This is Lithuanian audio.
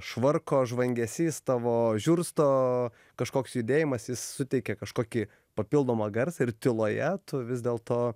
švarko žvangesys tavo žiursto kažkoks judėjimas jis suteikia kažkokį papildomą garsą ir tyloje tu vis dėlto